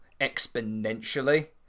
exponentially